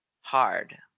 hard